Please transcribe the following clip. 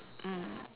mm